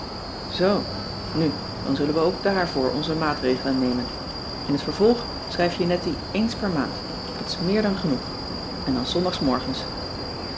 zoo nu dan zullen we ook daarvoor onze maatregelen nemen in t vervolg schrijf je nettie eens per maand dat is meer dan genoeg en dan zondagsmorgens